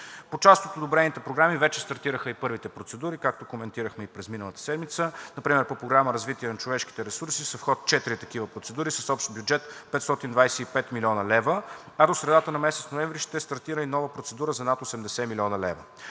По част от одобрените програми вече стартираха и първите процедури, както коментирахме и през миналата седмица. Например по Програма „Развитие на човешките ресурси“ са в ход четири такива процедури с общ бюджет 525 млн. лв., а до средата на месец ноември ще стартира и нова процедура за над 80 млн. лв.